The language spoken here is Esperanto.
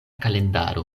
kalendaro